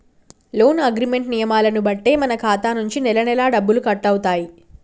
loan agreement నియమాలను బట్టే మన ఖాతా నుంచి నెలనెలా డబ్బులు కట్టవుతాయి